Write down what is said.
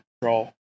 control